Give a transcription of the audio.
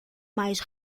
mais